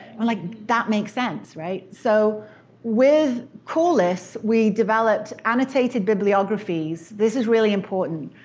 i'm like that makes sense, right. so with corliss, we developed annotated bibliographies. this is really important,